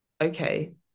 okay